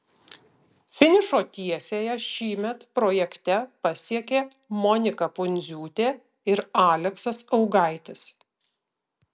finišo tiesiąją šįmet projekte pasiekė monika pundziūtė ir aleksas augaitis